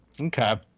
Okay